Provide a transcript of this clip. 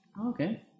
Okay